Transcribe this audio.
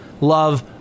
Love